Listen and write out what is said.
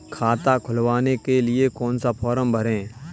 खाता खुलवाने के लिए कौन सा फॉर्म भरें?